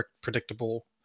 predictable